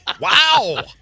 Wow